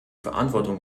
verantwortung